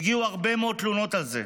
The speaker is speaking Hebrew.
והגיעו הרבה מאוד תלונות על זה.